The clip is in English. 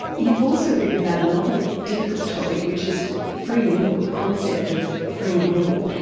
you've also written about another difficult topic which is free will, the concept of free will,